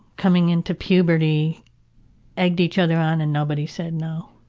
coming into puberty egged each other on and nobody said no.